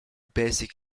basic